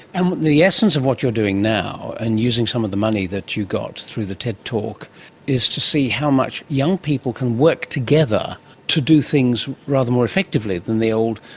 and the essence of what you're doing now and using some of the money that you got through the ted talk is to see how much young people can work together to do things rather more effectively than the old,